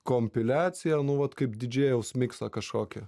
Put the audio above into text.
kompiliaciją nu vat kaip didžėjaus miksą kažkokį